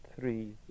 three